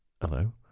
Hello